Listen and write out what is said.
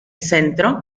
centro